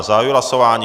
Zahajuji hlasování.